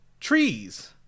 Trees